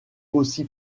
aussi